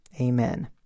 amen